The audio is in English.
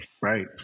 Right